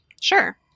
Sure